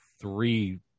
three